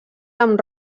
amb